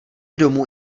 domů